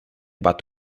but